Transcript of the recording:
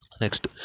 Next